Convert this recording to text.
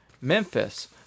Memphis